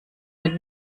mit